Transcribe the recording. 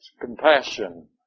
compassion